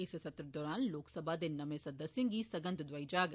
इस सत्र दौरान लोकसभा दे नमें सदस्ये गी सगंघ दौआई जाग